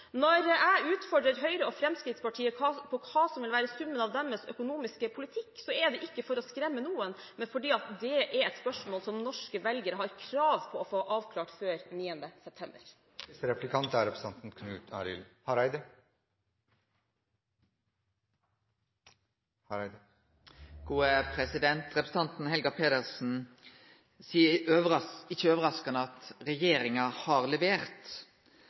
som vil være summen av deres økonomiske politikk, er det ikke for å skremme noen, men fordi det er et spørsmål som norske velgere har krav på å få avklart før den 9. september. Representanten Helga Pedersen seier ikkje overraskande at regjeringa har levert.